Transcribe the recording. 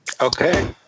Okay